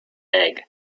egg